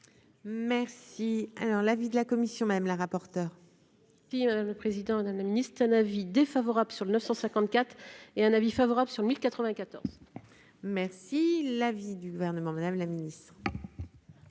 Merci, alors l'avis de la commission, même la rapporteure. Si le président le ministre un avis défavorable sur le 954 et un avis favorable sur 1094. Merci l'avis du gouvernement, Madame la Ministre.